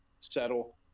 settle